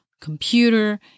computer